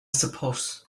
suppose